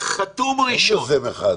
חתום ראשון,